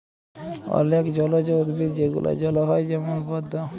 অলেক জলজ উদ্ভিদ যেগলা জলে হ্যয় যেমল পদ্দ